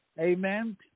Amen